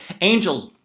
Angels